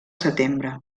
setembre